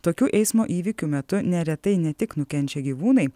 tokių eismo įvykių metu neretai ne tik nukenčia gyvūnai